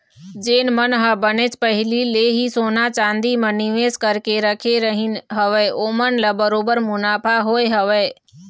जेन मन ह बनेच पहिली ले ही सोना चांदी म निवेस करके रखे रहिन हवय ओमन ल बरोबर मुनाफा होय हवय